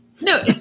No